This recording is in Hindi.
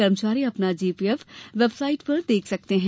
कर्मचारी अपना जीपीएफ बेवसाइट पर देख सकते हैं